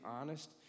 honest